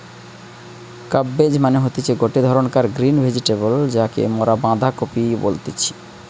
cabbage মানে হতিছে গটে ধরণকার গ্রিন ভেজিটেবল যাকে মরা বাঁধাকপি বলতেছি